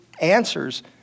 answers